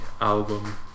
album